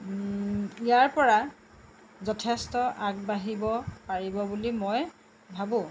ইয়াৰপৰা যথেষ্ট আগবাঢ়িব পাৰিব বুলি মই ভাবোঁ